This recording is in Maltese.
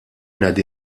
ngħaddi